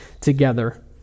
together